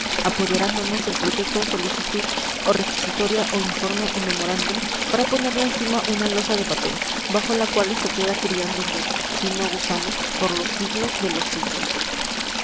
apagarlo apoderándonos del proyecto o solicitud o requisitoria o informe o memorándum para ponerle encima una losa de papel bajo la cual se queda criando musgo si no gusanos por los siglos de los siglos